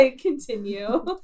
continue